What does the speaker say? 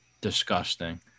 disgusting